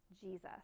Jesus